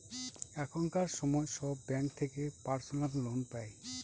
এখনকার সময় সব ব্যাঙ্ক থেকে পার্সোনাল লোন পাই